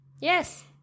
Yes